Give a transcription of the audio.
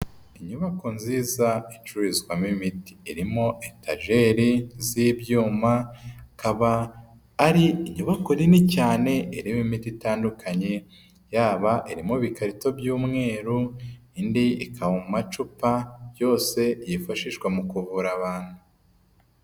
Inyubako nziza icururizwamo imiti. Irimo etajeri z'ibyuma, ikaba ari inyubako nini cyane irimo imiti itandukanye, yaba iri mu bikarito by'umweru, indi ikaba mu macupa, yose yifashishwa mu kuvura abantu.